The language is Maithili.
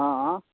हॅं